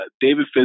David